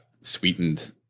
sweetened